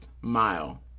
mile